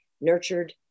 nurtured